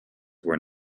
were